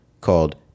called